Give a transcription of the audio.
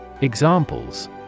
Examples